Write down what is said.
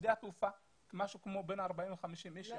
בבשדה התעופה היו בין 40 ל-50 אנשים.